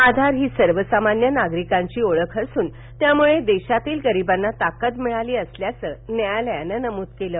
आधार ही सर्वसामान्य नागरिकाची ओळख असून त्यामुळे देशातील गरिबांना ताकद मिळाली असल्याचं न्यायालयानं नमूद केलं